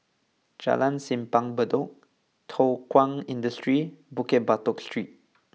Jalan Simpang Bedok Thow Kwang Industry Bukit Batok Street